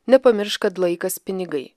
nepamiršk kad laikas pinigai